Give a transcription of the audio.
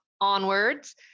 Onwards